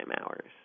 hours